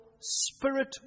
spirit